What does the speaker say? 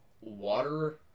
water